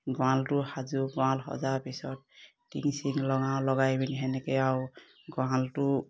গঁৰালটো সাজোঁ গঁৰাল সজাৰ পিছত টিং চিং লগাওঁ লগাই পিনি সেনেকে আও গঁৰালটো